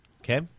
Okay